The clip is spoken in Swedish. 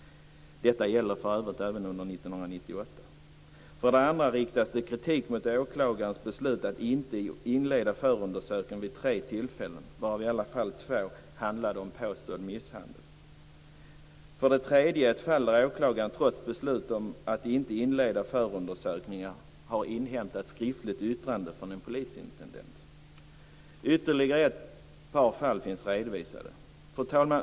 Detta gäller för övrigt även under 1998. För det andra riktas det kritik mot åklagarens beslut att inte inleda förundersökning vid tre tillfällen, varav i alla fall två gäller påstådd misshandel. För det tredje riktas det kritik mot ett fall där åklagaren, trots ett beslut om att inte inleda förundersökningar, har inhämtat skriftligt yttrande från en polisintendent. Ytterligare ett par fall finns redovisade. Fru talman!